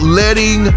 letting